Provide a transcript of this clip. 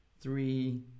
Three